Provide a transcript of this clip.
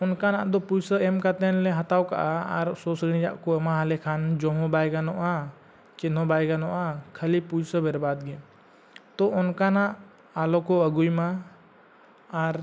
ᱚᱱᱠᱟᱱᱟᱜ ᱫᱚ ᱯᱩᱭᱥᱟᱹ ᱮᱢ ᱠᱟᱛᱮᱱ ᱞᱮ ᱦᱟᱛᱟᱣ ᱠᱟᱜᱼᱟ ᱟᱨ ᱥᱚ ᱥᱤᱬᱤᱡᱟᱜ ᱠᱚ ᱮᱢᱟᱣᱟᱞᱮᱠᱷᱟᱱ ᱡᱚᱢ ᱦᱚᱸ ᱵᱟᱭ ᱜᱟᱱᱚᱜᱼᱟ ᱪᱮᱫ ᱦᱚᱸ ᱵᱟᱭ ᱜᱟᱱᱚᱜᱼᱟ ᱠᱷᱟᱞᱤ ᱯᱩᱭᱥᱟᱹ ᱵᱮᱨᱵᱟᱫᱽ ᱜᱮ ᱛᱚ ᱚᱱᱠᱟᱱᱟᱜ ᱟᱞᱚᱠᱚ ᱟᱜᱩᱭᱢᱟ ᱟᱨ